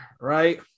right